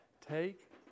take